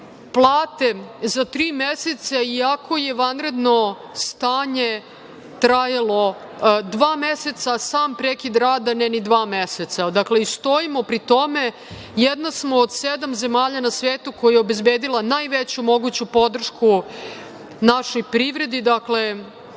plate za tri meseca, iako je vanredno stanje trajalo dva meseca, a sam prekid rada ni dva meseca. Dakle, stojimo pri tome. Jedna smo od sedam zemalja na svetu koja je obezbedila najveću moguću podršku našoj privredi. Dakle,